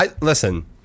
Listen